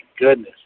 goodness